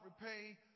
repay